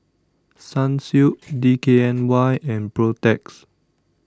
Sunsilk D K N Y and Protex